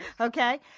Okay